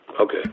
okay